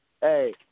Hey